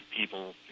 people